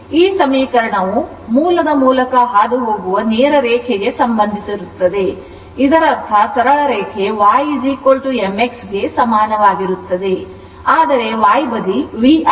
ಈ ಸಮೀಕರಣವು ಮೂಲದ ಮೂಲಕ ಹಾದುಹೋಗುವ ನೇರ ರೇಖೆಗೆ ಸಂಬಂಧಿಸಿರುತ್ತದೆ ಇದರರ್ಥ ಸರಳ ರೇಖೆ y mx ಗೆ ಸಮಾನವಾಗಿರುತ್ತದೆ ಆದರೆ y ಬದಿ v ಆಗಿದೆ